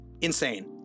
insane